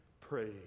praise